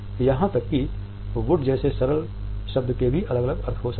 यहां तक कि वुड जैसे सरल शब्द के भी अलग अलग अर्थ हो सकते हैं